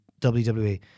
WWE